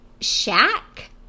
Shack